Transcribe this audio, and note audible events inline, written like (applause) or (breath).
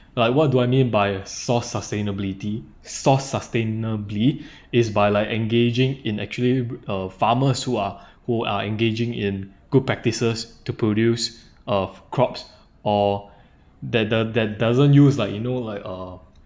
like what do I mean by source sustainability source sustainably (breath) is by like engaging in actually the farmers who are (breath) who are engaging in good practices to produce of crops or that the that doesn't use like you know like uh